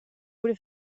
would